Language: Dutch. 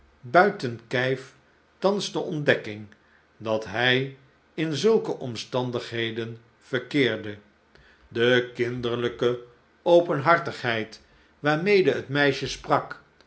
buiten kijf thans de ontdekking dat hij in zulke omstandigheden verkeerde de kinderlijke openhartigheid waarmede het meisje sprak